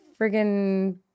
friggin